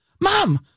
mom